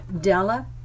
Della